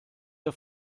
der